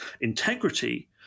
integrity